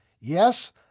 Yes